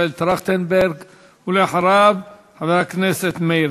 בית-המשפט קובע את העונש שלו, ובתוך החוק הזה,